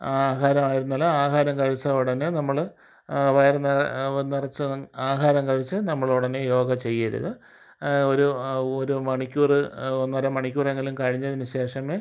ആഹാരമായിരുന്നാലും ആഹാരം കഴിച്ച ഉടനെ നമ്മൾ വയർ നിറച്ചു ആഹാരം കഴിച്ചു നമ്മൾ ഉടനെ യോഗ ചെയ്യരുത് ഒരു ഒരു മണിക്കൂറ് ഒന്നര മണിക്കൂർ എങ്കിലും കഴിഞ്ഞതിന് ശേഷമേ